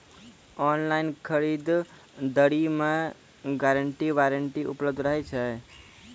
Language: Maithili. ऑनलाइन खरीद दरी मे गारंटी वारंटी उपलब्ध रहे छै?